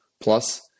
plus